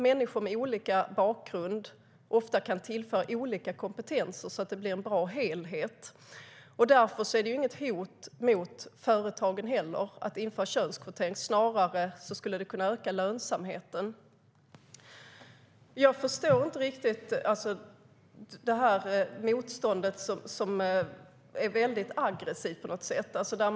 Människor med olika bakgrunder kan ofta tillföra olika kompetenser, så att det blir en bra helhet. Därför är det inte heller något hot mot företagen att införa könskvotering, utan snarare skulle det kunna öka lönsamheten. Jag förstår inte riktigt det här motståndet, som på något sätt är väldigt aggressivt.